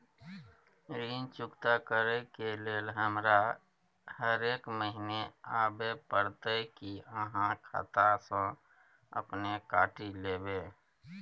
ऋण चुकता करै के लेल हमरा हरेक महीने आबै परतै कि आहाँ खाता स अपने काटि लेबै?